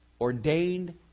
Ordained